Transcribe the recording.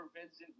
Vincent